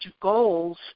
goals